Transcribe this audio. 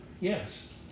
Yes